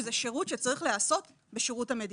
שזה שירות שצריך להיעשות בשירות המדינה,